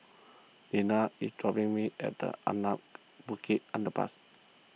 Dina is dropping me at the Anak Bukit Underpass